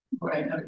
right